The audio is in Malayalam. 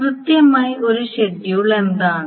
കൃത്യമായി ഒരു ഷെഡ്യൂൾ എന്താണ്